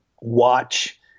watch